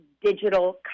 digital